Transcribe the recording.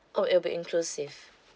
oh it'll be inclusive